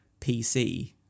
PC